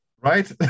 right